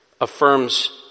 affirms